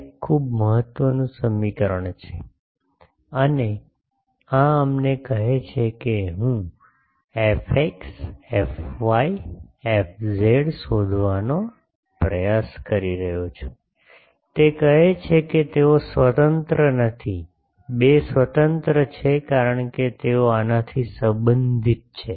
આ એક ખૂબ મહત્વનું સમીકરણ છે અને આ અમને કહે છે કે હું fx fy fz શોધવાનો પ્રયાસ કરી રહ્યો છું તે કહે છે કે તેઓ સ્વતંત્ર નથી 2 સ્વતંત્ર છે કારણ કે તેઓ આનાથી સંબંધિત છે